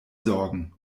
sorgen